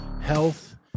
health